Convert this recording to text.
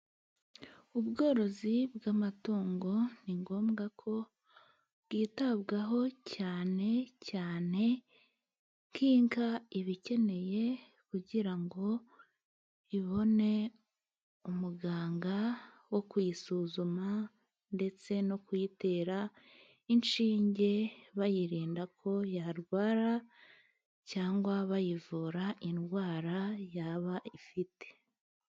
Ubworozi bw'amatungo ni ngombwa ko bwitabwaho cyane cyane k'inka iba ikeneye kugira ngo ibone umuganga wo kuyisuzuma ndetse no kuyitera inshinge bayirinda ko yarwara cyangwa bayivura indwara yaba ifite.